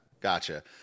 gotcha